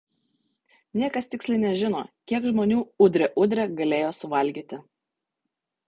niekas tiksliai nežino kiek žmonių udre udre galėjo suvalgyti